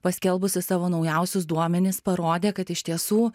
paskelbusi savo naujausius duomenis parodė kad iš tiesų